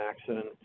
accident